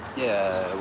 yeah,